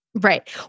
Right